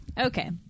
Okay